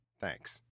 Thanks